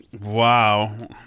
Wow